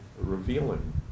revealing